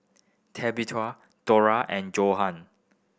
Tabitha Dora and